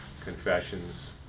confessions